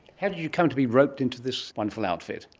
how did you come to be roped into this wonderful outfit?